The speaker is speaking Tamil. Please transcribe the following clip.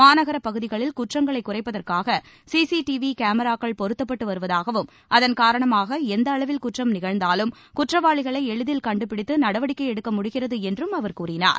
மாநகரப் பகுதிகளில் குற்றங்களை குறைப்பதற்காக சிசிடிவி கேமராக்கள் பொருத்தப்பட்டு வருவதாகவும் அதன் காரணமாக எந்த அளவில் குற்றம் நிகழ்ந்தாலும் குற்றவாளிகளை எளிதில் கண்டுபிடித்து நடவடிக்கை எடுக்க முடிகிறது என்றும் அவர் கூறினார்